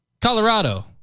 Colorado